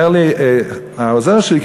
אומר לי העוזר שלי,